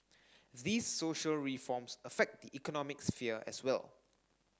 these social reforms affect the economic sphere as well